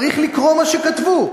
צריך לקרוא מה שכתבו.